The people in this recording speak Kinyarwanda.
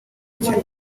bukene